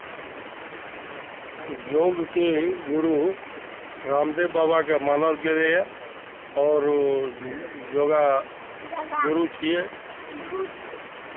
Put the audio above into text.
योगके गुरू रामदेव बाबाकेँ मानल गेलैए आओर ओ योगा गुरू छियै